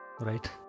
right